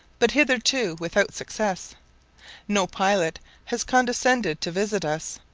but hitherto without success no pilot has condescended to visit us,